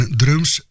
drums